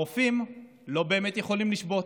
הרופאים לא באמת יכולים לשבות,